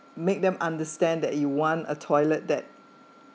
make them understand that you want a toilet that